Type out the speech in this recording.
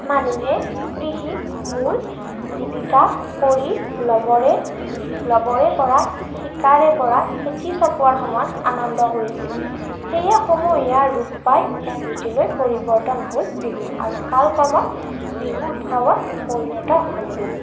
মানুহে কৃষিক মূল জীৱিকা কৰি ল'বৰে ল'বৰে পৰা শিকাৰে পৰা খেতি চপোৱাৰ সময়ত আনন্দ কৰিছিল সেয়ে সমূহীয়া ৰূপ পাই এক ৰীতিলৈ পৰিৱৰ্তন হ'ল বিহু আৰু কালক্ৰমত বিহু উৎসৱত পৰিণত হ'লগৈ